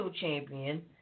champion